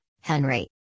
Henry